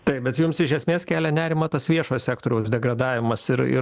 taip bet jums iš esmės kelia nerimą tas viešojo sektoriaus degradavimas ir ir